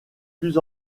plus